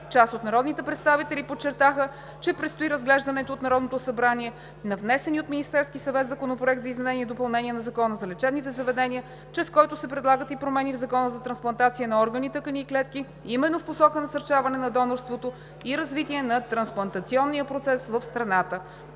Част от народните представители подчертаха, че предстои разглеждането от Народното събрание на внесения от Министерския съвет Законопроект за изменение и допълнение на Закона за лечебните заведения, чрез който се предлагат и промени в Закона за трансплантация на органи, тъкани и клетки именно в посока насърчаване на донорството и развитие на трансплантационния процес в страната.